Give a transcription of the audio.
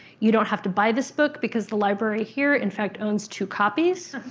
you don't have to buy this book because the library here, in fact, owns two copies.